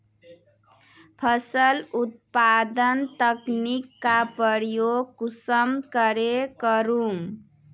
फसल उत्पादन तकनीक का प्रयोग कुंसम करे करूम?